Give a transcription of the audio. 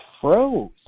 froze